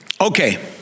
Okay